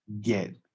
get